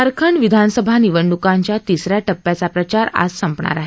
झारखंड विधानसभा निवडणूकांच्या तिसऱ्या टप्प्याचा प्रचार आज संपणार आहे